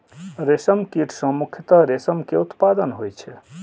रेशम कीट सं मुख्यतः रेशम के उत्पादन होइ छै